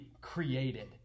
Created